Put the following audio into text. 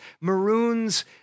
maroons